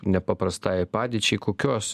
nepaprastajai padėčiai kokios